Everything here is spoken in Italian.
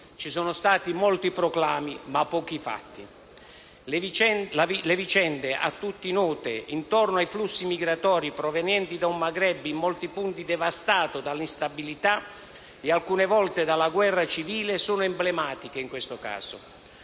ci sono stati molti proclami, ma pochi fatti. Le vicende a tutti note intorno ai flussi migratori provenienti da un Maghreb, in molti punti devastato dall'instabilità e alcune volte dalla guerra civile, sono emblematiche in questo caso.